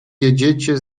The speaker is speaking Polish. jedziecie